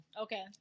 Okay